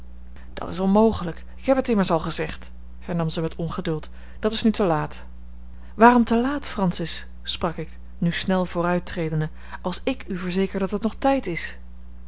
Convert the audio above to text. dat is onmogelijk ik heb het immers al gezegd hernam zij met ongeduld dat is nu te laat waarom te laat francis sprak ik nu snel vooruittredende als ik u verzeker dat het nog tijd is